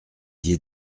dié